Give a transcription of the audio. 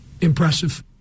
impressive